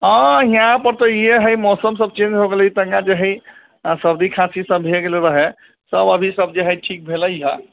हॅं हियाँ पर तऽ इहे हय मौसम सब चेंज हो गेलै पहिने रहै सर्दी खांसी सब भे गेल रहै सब अभी सब जे हय ठीक भेलै हऽ